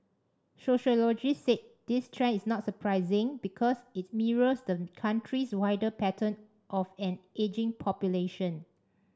sociologists said this trend is not surprising because it mirrors the country's wider pattern of an ageing population